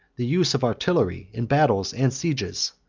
the use of artillery in battles and sieges,